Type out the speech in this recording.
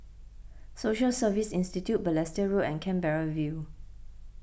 Social Service Institute Balestier Road and Canberra View